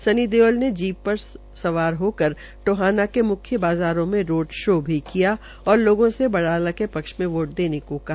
सनी देओल ने जीत पर सवाल होकर टोहाना के म्ख्य बाज़ारों में रोड शो भी किया और लोगों से बराला के पक्ष में वोट देने को कहा